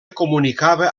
comunicava